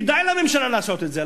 כדאי לממשלה לעשות את זה.